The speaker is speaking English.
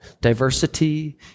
diversity